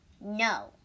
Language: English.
No